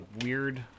weird